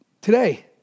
today